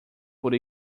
por